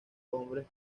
hombres